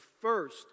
first